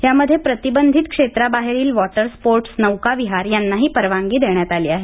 यामध्ये प्रतिबंधित क्षेत्राबाहेरील वॉटर स्पोर्ट्स नौकाविहार यांनाही परवानगी देण्यात आली आहे